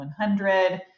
100